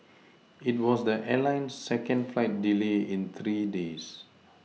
it was the airline's second flight delay in three days